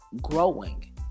growing